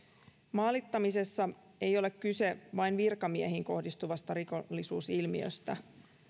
maalittamisessa ei ole kyse vain virkamiehiin kohdistuvasta rikollisuusilmiöstä